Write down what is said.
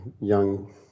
young